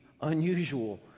unusual